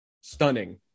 stunning